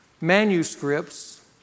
manuscripts